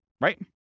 Right